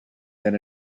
than